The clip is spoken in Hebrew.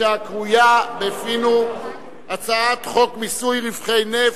הקרויה בפינו הצעת חוק מיסוי רווחי נפט.